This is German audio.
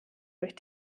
durch